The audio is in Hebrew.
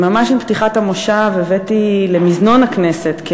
ממש עם פתיחת המושב הבאתי למזנון הכנסת,